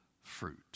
fruit